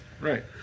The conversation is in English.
Right